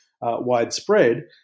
widespread